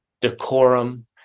decorum